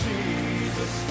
Jesus